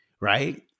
right